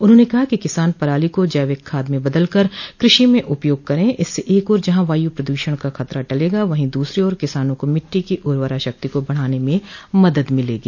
उन्होंने कहा कि किसान पराली को जैविक खाद में बदलकर कृषि में उपयोग कर इससे एक ओर जहां वायु प्रदूषण का खतरा टेलेगा वहीं दूसरी ओर किसानों को मिट्टी की उर्वरा शक्ति को बढ़ाने में मदद मिलेगी